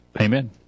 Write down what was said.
amen